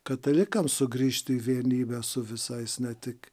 katalikams sugrįžt į vienybę su visais ne tik